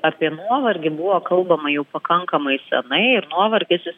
apie nuovargį buvo kalbama jau pakankamai senai ir nuovargis jis